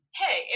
hey